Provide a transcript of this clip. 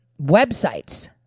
websites